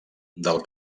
del